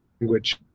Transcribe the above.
language